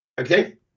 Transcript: Okay